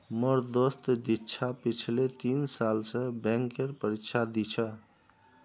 मोर दोस्त दीक्षा पिछले तीन साल स बैंकेर परीक्षा दी छ